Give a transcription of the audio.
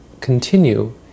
continue